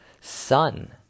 sun